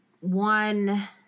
one